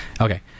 Okay